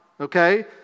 okay